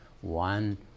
one